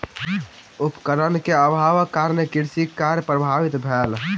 उपकरण के अभावक कारणेँ कृषि कार्य प्रभावित भेल